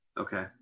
Okay